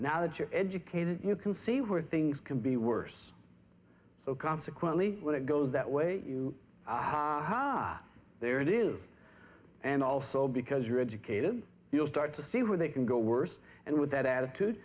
now that you're educated you can see where things can be worse so consequently when it goes that way you ha there it is and also because you're educated you'll start to see where they can go worse and with that attitude